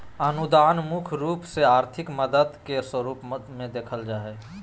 अनुदान मुख्य रूप से आर्थिक मदद के स्वरूप मे देखल जा हय